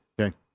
Okay